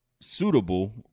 suitable